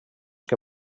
que